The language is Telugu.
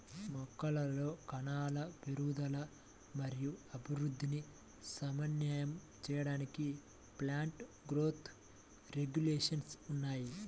మొక్కలలో కణాల పెరుగుదల మరియు అభివృద్ధిని సమన్వయం చేయడానికి ప్లాంట్ గ్రోత్ రెగ్యులేషన్స్ ఉన్నాయి